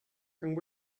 and